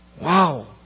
Wow